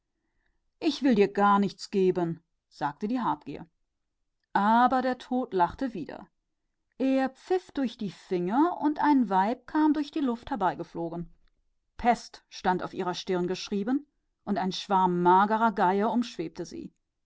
ich will dir gar nichts geben sagte die habsucht und der tod lachte wieder und pfiff durch die finger und ein weib kam durch die luft geflogen pest stand auf ihrer stirn geschrieben und eine schar von hageren geiern umflatterte sie